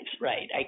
right